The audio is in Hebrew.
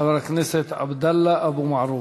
חבר הכנסת עבדאללה אבו מערוף.